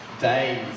days